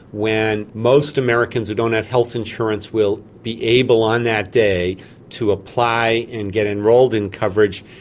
when most americans who don't have health insurance will be able on that day to apply and get enrolled in coverage,